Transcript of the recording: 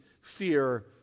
fear